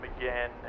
again